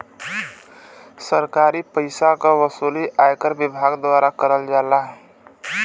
सरकारी पइसा क वसूली आयकर विभाग द्वारा करल जाला